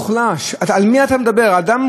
איזה כוח יש לו להתמודד עם חברות הביטוח?